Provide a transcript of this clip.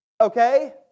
okay